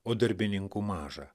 o darbininkų maža